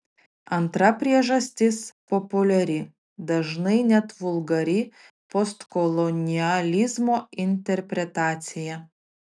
antra priežastis populiari dažnai net vulgari postkolonializmo interpretacija